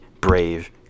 brave